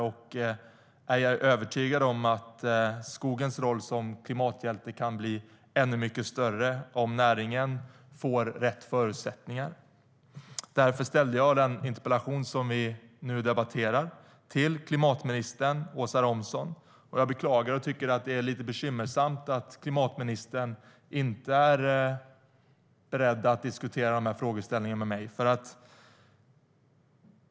Jag är övertygad om att skogens roll som klimathjälte kan bli ännu mycket större om näringen får rätt förutsättningar. Därför ställde jag den interpellation till klimatminister Åsa Romson som vi nu debatterar. Jag beklagar och tycker att det är bekymmersamt att klimatministern inte är beredd att diskutera de här frågeställningarna med mig.